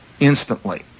instantly